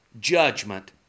judgment